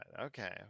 okay